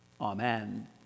Amen